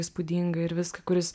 įspūdinga ir viską kuris